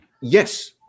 Yes